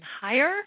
higher